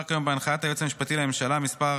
כיום בהנחיית היועץ המשפטי לממשלה מס'